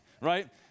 right